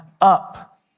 up